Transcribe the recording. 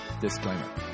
Disclaimer